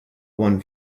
one